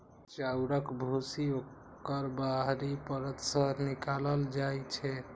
चाउरक भूसी ओकर बाहरी परत सं निकालल जाइ छै